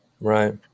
Right